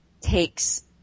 takes